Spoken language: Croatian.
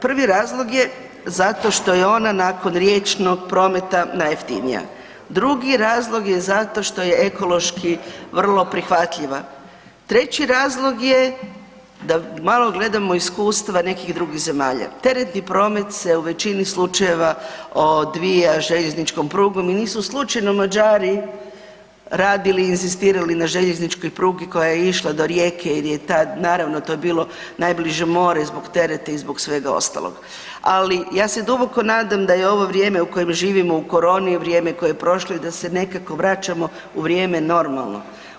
Prvi razlog je zato što je ona nakon riječnog prometa najjeftinija, drugi razlog zato što je ekološki vrlo prihvatljiva, treći razlog je da malo gledamo iskustva nekih drugih zemalja, teretni promet se u većini slučajeva odvija željezničkom prugom i nisu slučajno Mađari radili i inzistirali na željezničkoj prugi koja je išla do Rijeke jer je to naravno bilo najbliže more zbog tereta i zbog svega ostalo, ali ja se duboko nadam da je ovo vrijeme u kojem živimo u koroni je vrijeme koje je prošlo i da se nekako vraćamo u vrijeme normalno.